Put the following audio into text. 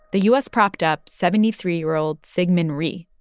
the u s. propped up seventy three year old syngman rhee,